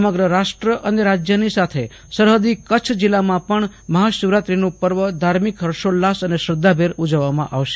સમગ્ર રાષ્ટ્ર અને રાજયની સાથે સરફદી કચ્છ જીલ્લામાં પણ મફાશિવરાત્રીનું પર્વ ધાર્મિક ફર્સોઉલ્લાસ અને શ્રધ્ધાભેર ઉજવવામાં આવશે